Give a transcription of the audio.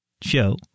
show